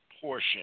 portion